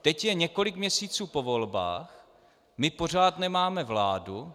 Teď je několik měsíců po volbách, my pořád nemáme vládu.